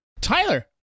Tyler